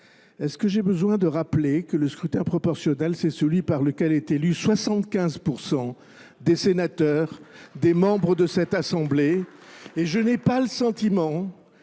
Est-ce que j'ai besoin de rappeler que le scrutin proportionnel, c'est celui par lequel est élu 75% des sénateurs, des membres de cette assemblée, et je n'ai pas le sentiment